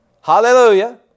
Hallelujah